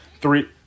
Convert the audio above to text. three